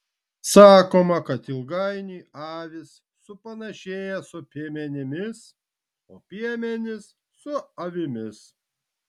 sakoma jog ilgainiui avys supanašėja su piemenimis o piemenys su avimis